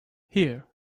here